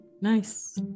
nice